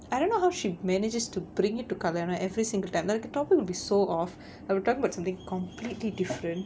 I don't know how she manages to bring it to கல்யாணம்:kalyaanam every single time the topic would be so off I will talk about something completely different